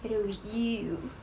together with you